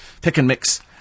Pick-and-mix